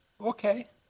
okay